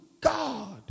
God